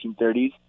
1930s